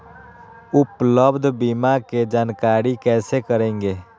उपलब्ध बीमा के जानकारी कैसे करेगे?